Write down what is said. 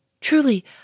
Truly